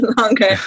longer